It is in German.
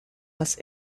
das